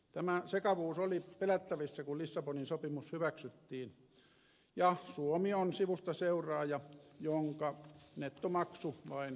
tämä sekavuus oli pelättävissä kun lissabonin sopimus hyväksyttiin ja suomi on sivustaseuraaja jonka nettomaksu vain kasvaa